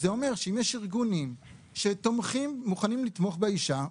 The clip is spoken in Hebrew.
אם יש ארגונים שמוכנים לתמוך באישה,